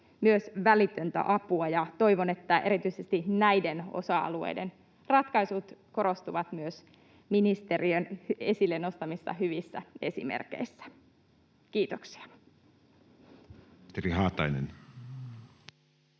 myös välitöntä apua. Toivon, että erityisesti näiden osa-alueiden ratkaisut korostuvat myös ministeriön esille nostamissa hyvissä esimerkeissä. — Kiitoksia. Ministeri Haatainen.